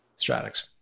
Stratix